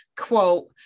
quote